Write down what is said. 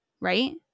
Right